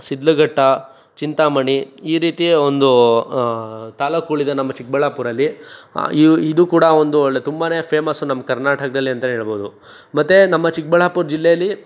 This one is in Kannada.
ಶಿಡ್ಲಘಟ್ಟ ಚಿಂತಾಮಣಿ ಈ ರೀತಿಯ ಒಂದು ತಾಲ್ಲೂಕುಗುಳಿದೆ ನಮ್ಮ ಚಿಕ್ಕಬಳ್ಳಾಪುರಲ್ಲಿ ಇದು ಕೂಡ ಒಂದು ಒಳ್ಳೆ ತುಂಬನೇ ಫೇಮಸ್ ಕರ್ನಾಟಕದಲ್ಲಿ ಅಂತಲೇ ಹೇಳಬಹುದು ಮತ್ತೆ ನಮ್ಮ ಚಿಕ್ಕಬಳ್ಳಾಪುರ ಜಿಲ್ಲೆಯಲ್ಲಿ